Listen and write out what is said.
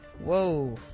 whoa